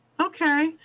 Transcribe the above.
Okay